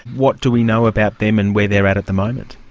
what do we know about them and where they are at at the moment?